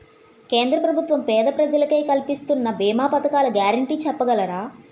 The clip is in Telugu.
కేంద్ర ప్రభుత్వం పేద ప్రజలకై కలిపిస్తున్న భీమా పథకాల గ్యారంటీ చెప్పగలరా?